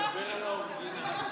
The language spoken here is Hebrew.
אני לא מפריעה,